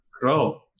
grow